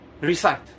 recite